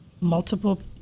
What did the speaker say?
multiple